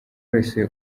wese